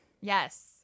Yes